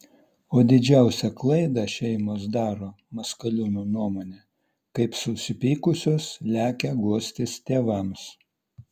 o didžiausią klaidą šeimos daro maskaliūnų nuomone kai susipykusios lekia guostis tėvams